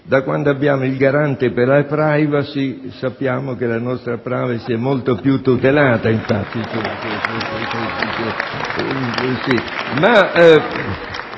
da quando abbiamo il Garante per la *privacy* sappiamo che la nostra *privacy* è molto più tutelata